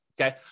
okay